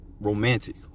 romantic